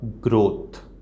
growth